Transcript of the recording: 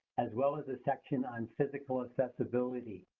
as well as a section on physical accessibility.